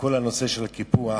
וכל הנושא של קיפוח,